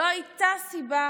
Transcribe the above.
שלא הייתה סיבה